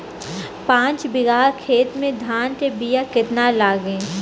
पाँच बिगहा खेत में धान के बिया केतना लागी?